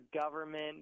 government